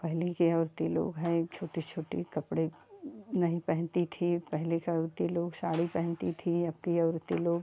पहले के औरतें लोग हैं छोटे छोटे कपड़े नहीं पहनती थीं पहले का औरतें लोग साड़ी पहनती थी अब के औरतें लोग